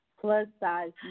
plus-size